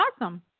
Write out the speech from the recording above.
awesome